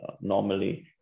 normally